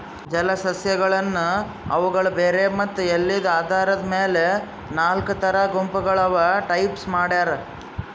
ಜಲಸಸ್ಯಗಳನ್ನ್ ಅವುಗಳ್ ಬೇರ್ ಮತ್ತ್ ಎಲಿದ್ ಆಧಾರದ್ ಮೆಲ್ ನಾಲ್ಕ್ ಥರಾ ಗುಂಪಗೋಳ್ ಅಥವಾ ಟೈಪ್ಸ್ ಮಾಡ್ಯಾರ